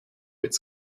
its